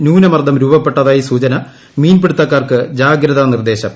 ന്യൂനമർദ്ദം രൂപപ്പെട്ടതായി സൂചന മീൻപിടുത്തക്കാർക്ക് ജാഗ്രതാ നിർദ്ദേശം